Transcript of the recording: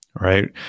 right